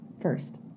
first